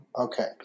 Okay